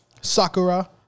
Sakura